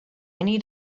need